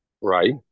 Right